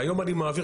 והיום אני מעביר,